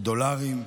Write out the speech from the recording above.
או דולרים,